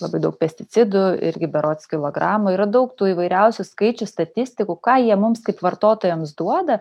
labai daug pesticidų irgi berods kilogramų yra daug tų įvairiausių skaičių statistikų ką jie mums kaip vartotojams duoda